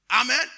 Amen